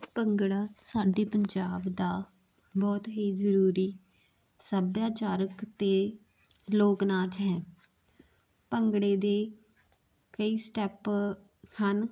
ਭੰਗੜਾ ਸਾਡੇ ਪੰਜਾਬ ਦਾ ਬਹੁਤ ਹੀ ਜ਼ਰੂਰੀ ਸੱਭਿਆਚਾਰਕ ਅਤੇ ਲੋਕ ਨਾਚ ਹੈ ਭੰਗੜੇ ਦੇ ਕਈ ਸਟੈਪ ਹਨ